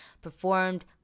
performed